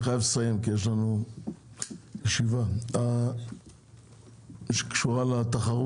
אני חייב לסיים את הדיון כי יש לנו עוד ישיבה שקשורה לתחרות